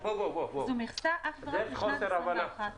ביטון, אני מבין - אין לי זמן.